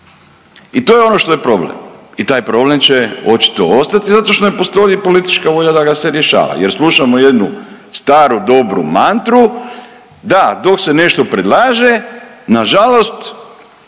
I to je ono što je problem i taj problem će očito ostati zato što ne postoji politička volja da ga se rješava jer slušamo jednu staru dobru mantru da dok se nešto predlaže nažalost